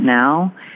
now